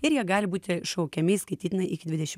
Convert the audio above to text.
ir jie gali būti šaukiami įskaitytinai iki dvidešimt